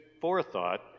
forethought